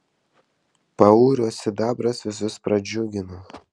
paurio sidabras visus pradžiugino